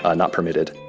ah not permitted.